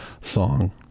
song